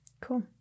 cool